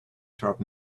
sharp